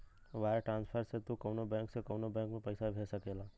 wire transfer से तू कउनो बैंक से कउनो बैंक में पइसा भेज सकेला